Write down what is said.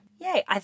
Yay